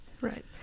Right